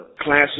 classes